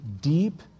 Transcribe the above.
deep